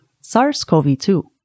SARS-CoV-2